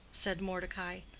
said mordecai.